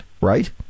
right